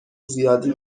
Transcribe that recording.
زیادی